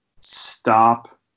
stop